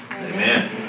Amen